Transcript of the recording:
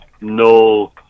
no